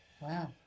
Wow